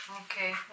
Okay